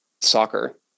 soccer